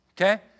okay